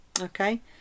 okay